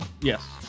yes